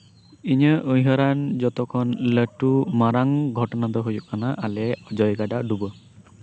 ᱤᱧᱟᱹᱜ ᱩᱭᱦᱟᱹᱨᱟᱱ ᱡᱚᱛᱚᱠᱷᱚᱱ ᱞᱟᱹᱴᱩ ᱢᱟᱨᱟᱝ ᱜᱷᱚᱴᱚᱱᱟ ᱫᱚ ᱦᱩᱭᱩᱜ ᱠᱟᱱᱟ ᱟᱞᱮ ᱚᱡᱚᱭ ᱜᱟᱰᱟ ᱰᱩᱵᱟᱹ